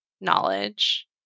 knowledge